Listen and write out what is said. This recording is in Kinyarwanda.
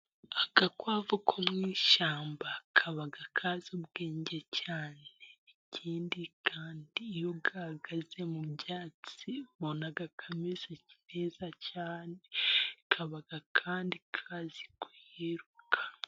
Agakwavu ko mu ishyamba kaba kazi ubwenge cyane. Ikindi kandi iyo gahagaze mu byatsi, ubona kameze neza cyane. Kaba kandi kazi kwiruka.